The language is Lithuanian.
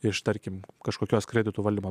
ištarkime kažkokios kreditų valdymo